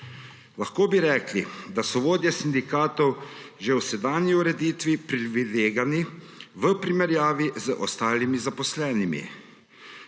Lahko bi rekli, da so vodje sindikatov že v sedanji ureditvi privilegirani v primerjavi z ostalimi zaposlenimi.